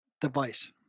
device